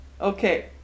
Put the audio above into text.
okay